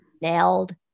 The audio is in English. nailed